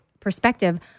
perspective